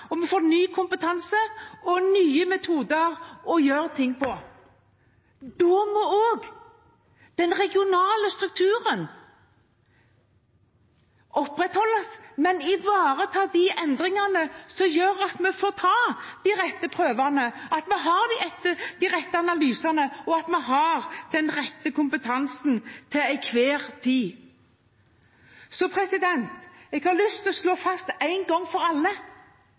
ny kompetanse og nye metoder for å gjøre ting. Da må også den regionale strukturen opprettholdes, men den må ivareta de endringene som gjør at vi får ta de rette prøvene, at vi har de rette analysene, og at vi har den rette kompetansen til enhver tid. Jeg har lyst til å slå fast en gang for alle